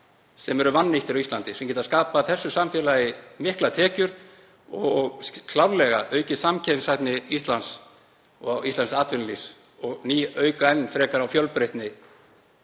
sem eru vannýttir, sem geta skapað þessu samfélagi miklar tekjur og klárlega aukið samkeppnishæfni Íslands og íslensks atvinnulífs og aukið enn frekar á fjölbreytni